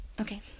Okay